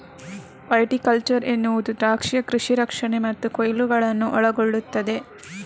viticulture ಎನ್ನುವುದು ದ್ರಾಕ್ಷಿಯ ಕೃಷಿ ರಕ್ಷಣೆ ಮತ್ತು ಕೊಯ್ಲುಗಳನ್ನು ಒಳಗೊಳ್ಳುತ್ತದೆ